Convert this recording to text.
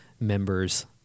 members